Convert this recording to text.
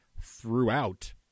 throughout